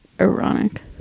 ironic